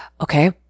Okay